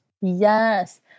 Yes